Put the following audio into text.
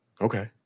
Okay